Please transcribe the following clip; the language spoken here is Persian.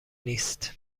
نیست